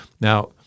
Now